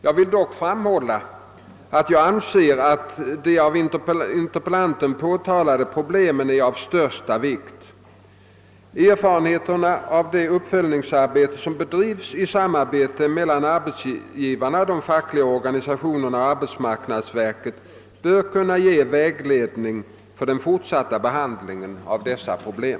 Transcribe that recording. Jag vill dock framhålla att jag anser att de av interpellanten påtalade problemen är av största vikt. Erfarenheterna av det uppföljningsarbete som bedrivs i samarbete mellan arbetsgivarna, de fackliga organisationerna och arbetsmarknadsverket bör kunna ge vägledning för den fortsatta behandlingen av dessa problem.